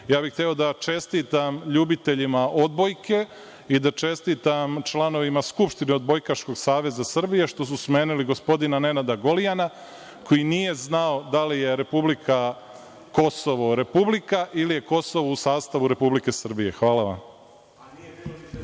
ja bih hteo da čestitam ljubiteljima odbojke i da čestitam članovima Skupštine Odbojkaškog Saveza Srbije što su smenili gospodina Nenada Golijana koji nije znao da li je republika Kosovo republika ili je Kosovo u sastavu Republike Srbije. Hvala vam.